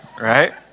right